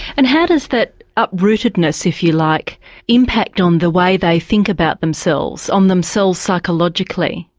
and how does that uprootedness if you like impact on the way they think about themselves, on themselves psychologically?